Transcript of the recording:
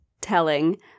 telling